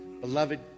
beloved